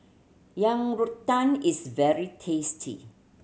Yang Rou Tang is very tasty